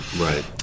Right